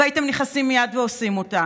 והייתם נכנסים מייד ועושים אותה.